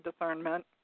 discernment